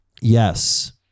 Yes